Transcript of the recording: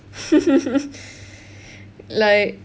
like